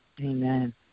Amen